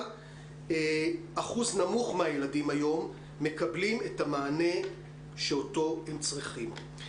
אבל אחוז נמוך מהילדים היום מקבלים את המענה שאותו הם צריכים.